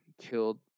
killed